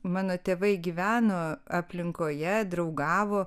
mano tėvai gyveno aplinkoje draugavo